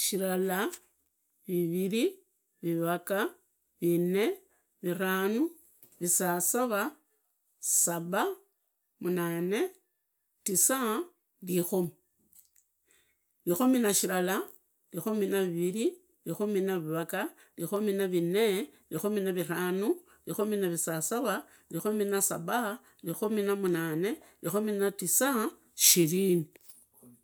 Shilala. Viviri viraga, vinne, viranu visasava, saba, munane, tisa. Rikomi, rikomi na shilala, rikomi na viviri, rikomi na vivaga, rikomi na vinne, rikomi na viranu, rikoni na viavasava, rikomi na saba, rikomi namunane, rikomi na tisa, shirini.